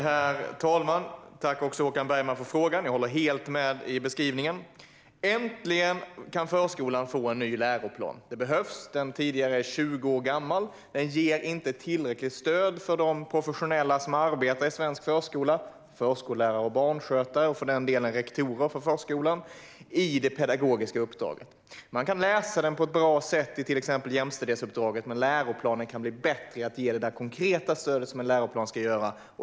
Herr talman! Tack, Håkan Bergman, för frågan! Jag håller helt med om beskrivningen. Äntligen kan förskolan få en ny läroplan! Det behövs, för den tidigare är 20 år gammal och ger inte tillräckligt stöd för de professionella som arbetar i svensk förskola - förskollärare och barnskötare och för den delen rektorer för förskolan - i det pedagogiska uppdraget. Man kan läsa läroplanen på ett bra sätt i till exempel jämställdhetsuppdraget, men den kan bli bättre på att ge det konkreta stöd som en läroplan ska ge.